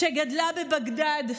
שגדלה בבגדד.